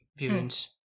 viewings